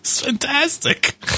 fantastic